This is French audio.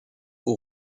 aux